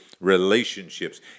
relationships